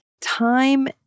time